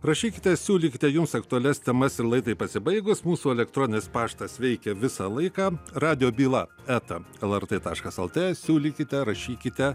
rašykite siūlykite jums aktualias temas ir laidai pasibaigus mūsų elektroninis paštas veikia visą laiką radijo byla eta lrt taškas lt siūlykite rašykite